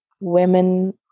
women